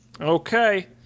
Okay